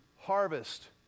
harvest